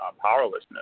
powerlessness